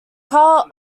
carl